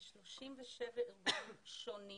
זה 37 ארגונים שונים